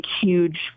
huge